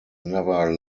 never